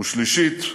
ושלישית,